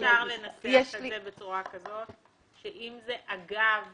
אולי אפשר לנסח את זה בצורה כזאת שאם זה אגב